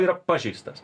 yra pažeistas